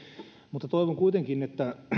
mutta toivon kuitenkin että